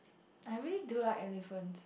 I really do like elephant